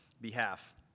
behalf